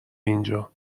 اینجا